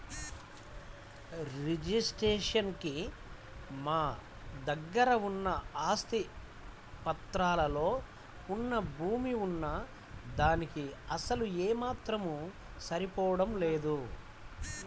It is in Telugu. రిజిస్ట్రేషన్ కి మా దగ్గర ఉన్న ఆస్తి పత్రాల్లో వున్న భూమి వున్న దానికీ అసలు ఏమాత్రం సరిపోడం లేదు